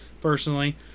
personally